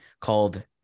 called